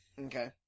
Okay